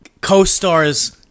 Co-stars